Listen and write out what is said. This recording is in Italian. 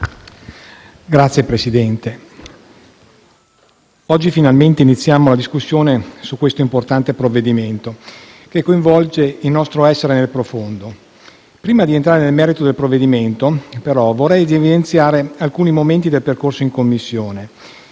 Signora Presidente, oggi finalmente iniziamo la discussione di questo importante provvedimento che coinvolge il nostro essere nel profondo. Prima di entrare nel merito del provvedimento, vorrei evidenziare alcuni momenti del suo percorso in Commissione.